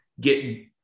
get